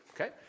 Okay